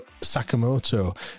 Sakamoto